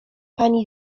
pani